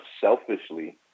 selfishly